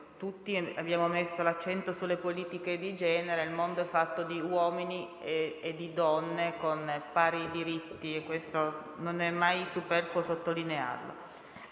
tutti abbiano messo l'accento sulle politiche di genere; il mondo è fatto di uomini e di donne con pari diritti, non è mai superfluo sottolinearlo.